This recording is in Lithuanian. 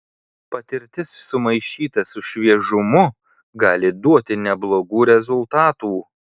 patirtis sumaišyta su šviežumu gali duoti neblogų rezultatų